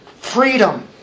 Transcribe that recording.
freedom